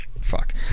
Fuck